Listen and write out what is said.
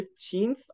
15th